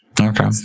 Okay